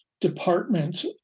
department